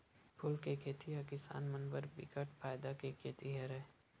फूल के खेती ह किसान मन बर बिकट फायदा के खेती हरय